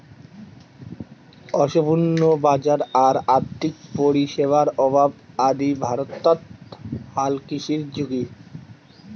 অসম্পূর্ণ বাজার আর আর্থিক পরিষেবার অভাব আদি ভারতত হালকৃষির ঝুঁকি